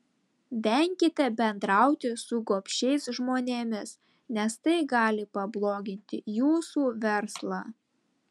venkite bendrauti su gobšiais žmonėmis nes tai gali pabloginti jūsų verslą